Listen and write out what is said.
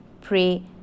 pray